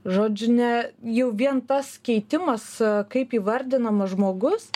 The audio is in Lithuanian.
žodžiu ne jau vien tas keitimas kaip įvardinamas žmogus